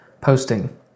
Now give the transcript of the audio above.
posting